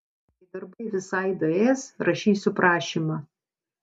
kai darbai visai daės rašysiu prašymą